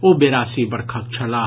ओ बेरासी वर्षक छलाह